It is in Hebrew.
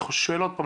אני שואל עוד פעם,